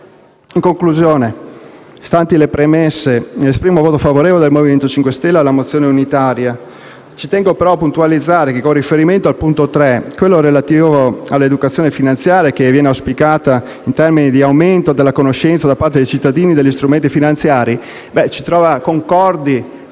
In conclusione, stanti le premesse, esprimo voto favorevole del Movimento 5 Stelle all'ordine del giorno unitario. Tengo a puntualizzare che il punto 3) del dispositivo, quello relativo all'educazione finanziaria che viene auspicata in termini di aumento della conoscenza da parte dei cittadini degli strumenti finanziari, ci trova concordi